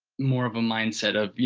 more of a mindset of, you